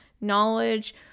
knowledge